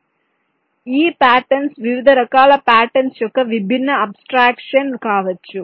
కాబట్టి ఈ పాటర్న్స్ వివిధ రకాల పాటర్న్స్ యొక్క విభిన్న అబ్స్ట్రాక్షన్ కావచ్చు